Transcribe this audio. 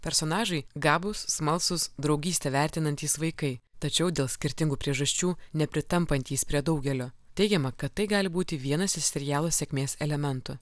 personažai gabūs smalsūs draugystę vertinantys vaikai tačiau dėl skirtingų priežasčių nepritampantys prie daugelio teigiama kad tai gali būti vienas iš serialo sėkmės elementų